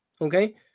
Okay